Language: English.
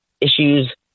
issues